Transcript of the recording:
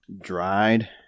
Dried